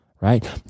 Right